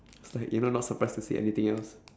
was like you know not surprised to see anything else